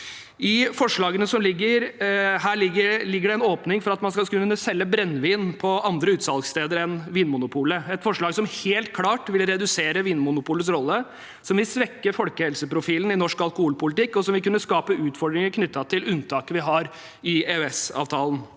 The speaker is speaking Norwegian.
I forslagene ligger det en åpning for at man skal kunne selge brennevin fra andre utsalgssteder enn Vinmonopolet. Det er et forslag som helt klart vil redusere Vinmonopolets rolle, som vil svekke folkehelseprofilen i norsk alkoholpolitikk, og som vil kunne skape utfordringer knyttet til unntaket vi har i EØS-avtalen.